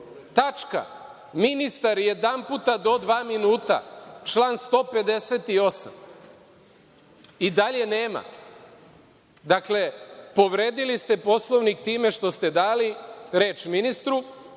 časa“. Ministar jednom do dva minuta – član 158, i dalje nema. Dakle, povredili ste Poslovnik time što ste dali reč ministru,